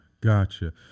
gotcha